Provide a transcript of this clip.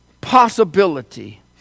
possibility